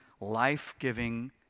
life-giving